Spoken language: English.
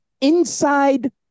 inside